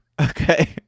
okay